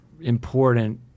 important